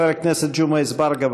חבר הכנסת ג'מעה אזברגה,